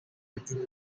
within